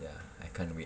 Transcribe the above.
ya I can't wait